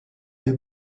des